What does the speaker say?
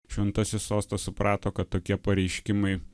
šventasis sostas suprato kad tokie pareiškimai